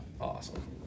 Awesome